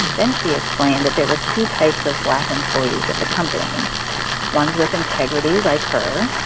then she explained that there were two types of black employees at the company ones with integrity, like her,